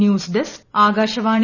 news desk Akashvani